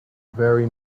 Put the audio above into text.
very